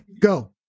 Go